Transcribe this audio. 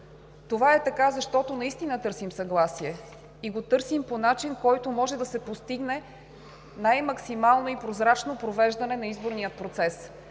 Това е така, защото наистина търсим съгласие и го търсим по начин, по който може да се постигне най-максимално и прозрачно провеждане на изборния процес.